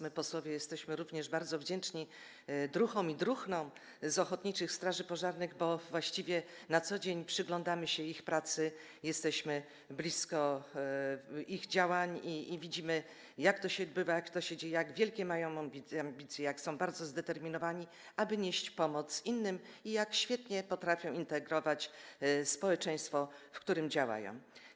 My, posłowie, jesteśmy również bardzo wdzięczni druhom i druhnom z ochotniczych straży pożarnych, bo właściwie na co dzień przyglądamy się ich pracy, jesteśmy blisko ich działań i widzimy, jak to się odbywa, jak to się dzieje, jak wielkie mają ambicje, jak są bardzo zdeterminowani, aby nieść pomoc innym, i jak świetnie potrafią integrować społeczeństwo, w którym działają.